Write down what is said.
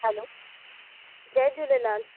हलो जय झूलेलाल